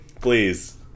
please